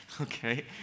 Okay